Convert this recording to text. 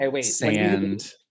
sand